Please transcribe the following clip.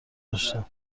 داشتم